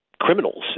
criminals